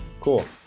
cool